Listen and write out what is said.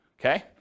okay